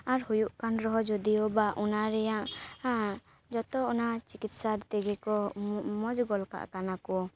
ᱟᱨ ᱦᱩᱭᱩᱜ ᱠᱟᱱ ᱨᱮᱦᱚᱸ ᱡᱳᱫᱤᱭᱳ ᱵᱟ ᱚᱱᱟ ᱨᱮᱭᱟᱜ ᱡᱚᱛᱚ ᱚᱱᱟ ᱪᱤᱠᱛᱤᱥᱟ ᱛᱮᱜᱮ ᱠᱚ ᱢᱚᱡᱽ ᱜᱚᱫᱚᱜ ᱠᱟᱱᱟ ᱠᱚ